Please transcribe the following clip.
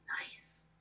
Nice